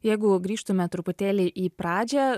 jeigu grįžtume truputėlį į pradžią